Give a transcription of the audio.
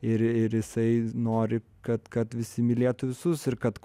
ir ir jisai nori kad kad visi mylėtų visus ir kad